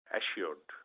assured